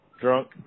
drunk